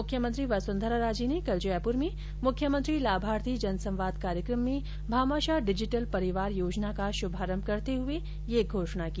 मुख्यमंत्री वसुन्धरा राजे ने कल जयपुर में मुख्यमंत्री लाभार्थी जनसवाद कार्यक्रम में भामाशाह डिजिटल परिवार योजना का शुभारंभ करते हए यह घोषणा की